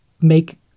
make